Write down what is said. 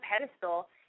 pedestal